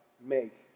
make